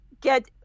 get